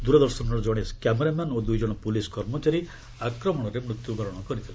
ଦୂରଦର୍ଶନର ଜଣେ କ୍ୟାମେରାମ୍ୟାନ୍ ଓ ଦୁଇ ଜଣ ପୁଲିସ୍ କର୍ମଚାରୀ ଆକ୍ରମଣରେ ମୃତ୍ୟୁବରଣ କରିଥିଲେ